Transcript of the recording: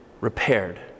repaired